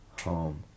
home